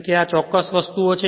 થી આ ચોક્કસ વસ્તુઓ છે